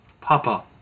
Papa